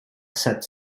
set